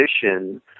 position